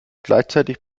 gleichzeitig